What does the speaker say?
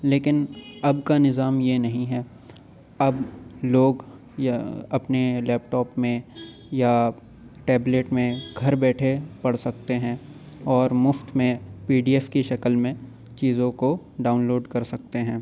لیکن اب کا نظام یہ نہیں ہے اب لوگ یا اپنے لیپ ٹاپ میں یا ٹیبلیٹ میں گھر بیٹھے پڑھ سکتے ہیں اور مفت میں پی ڈی ایف کی شکل میں چیزوں کو ڈاؤنلوڈ کر سکتے ہیں